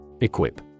Equip